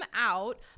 out